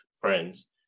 friends